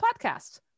Podcasts